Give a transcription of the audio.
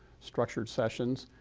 structured sessions,